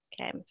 okay